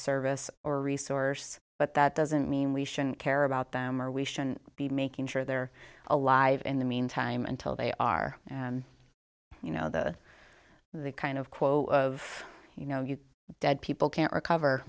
service or resource but that doesn't mean we shouldn't care about them or we shouldn't be making sure they're alive in the meantime until they are you know the the kind of quote of you know you dead people can't